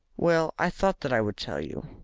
well, i thought that i would tell you.